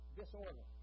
disorder